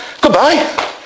goodbye